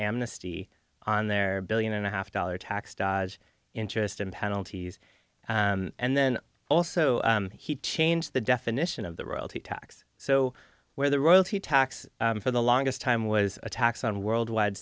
amnesty on their billion and a half dollar tax dodge interest and penalties and then also he changed the definition of the royalty tax so where the royalty tax for the longest time was a tax on worldwide